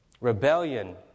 Rebellion